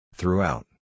Throughout